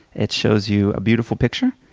it shows you a beautiful picture,